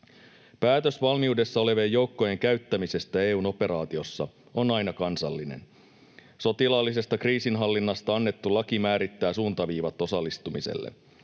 Päätös valmiudessa olevien joukkojen käyttämisestä EU:n operaatiossa on aina kansallinen. Sotilaallisesta kriisinhallinnasta annettu laki määrittää suuntaviivat osallistumiselle.